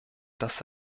dass